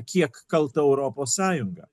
kiek kalta europos sąjunga